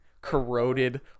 corroded